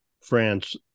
France